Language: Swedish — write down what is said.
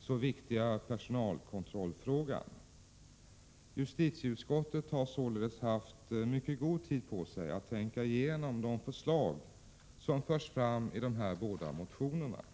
så viktiga personalkontrollfrågan. Justitieutskottet har således haft god tid på sig att tänka igenom de förslag som förs fram i de båda motionerna.